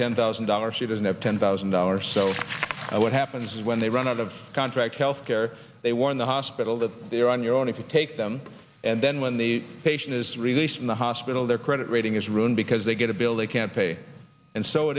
ten thousand dollars she doesn't have ten thousand dollars so what happens when they run out of contract health care they were in the hospital that they're on your own if you take them and then when the patient is released from the hospital their credit rating is ruined because they get a bill they can't pay and so